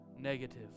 negative